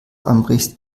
anbrichst